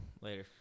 Later